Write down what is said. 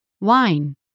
Wine